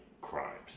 crimes